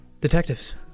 detectives